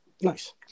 nice